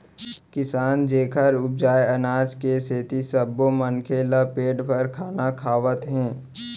किसान जेखर उपजाए अनाज के सेती सब्बो मनखे ल पेट भर खाना खावत हे